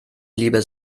liebe